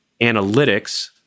analytics